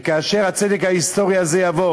כאשר הצדק ההיסטורי הזה יבוא